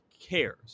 cares